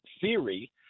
theory